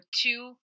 two